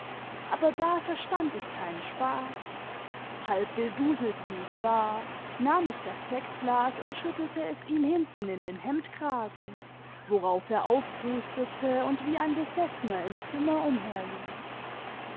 aber da verstand ich keinen spaß halb beduselt wie ich war nahm ich das sektglas und schüttete es ihm hinten in den hemdkragen worauf er auf prustete imd wie ein besessener im zimmer